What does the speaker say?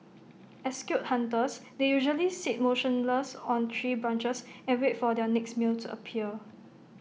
as skilled hunters they usually sit motionless on tree branches and wait for their next meal to appear